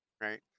right